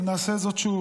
אבל נעשה את זה שוב,